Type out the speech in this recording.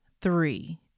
three